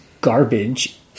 garbage